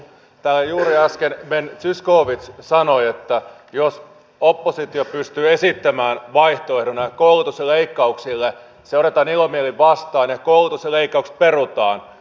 täällä juuri äsken ben zyskowicz sanoi että jos oppositio pystyy esittämään vaihtoehdon näille koulutusleikkauksille se otetaan ilomielin vastaan ja koulutuksen leikkaukset perutaan